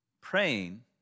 Praying